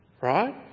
right